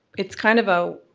it's kind of a,